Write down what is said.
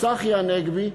צחי הנגבי,